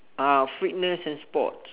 uh fitness and sports